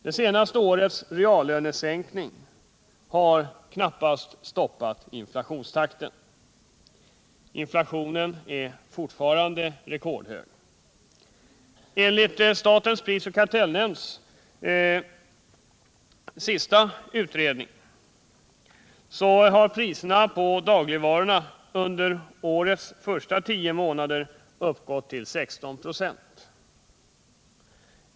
Det senaste årets reallönesänkning har knappast stoppat inflationstakten. Inflationen är fortfarande rekordhög. Enligt statens prisoch kartellnämnds senaste utredning har priserna på dagligvaror under årets första tio månader uppgått till 16 96.